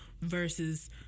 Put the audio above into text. versus